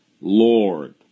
Lord